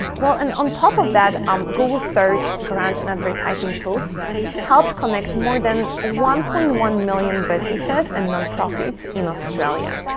and on top of that, um google search grants and advertising tools helps connect more than one point one million businesses and nonprofits in australia.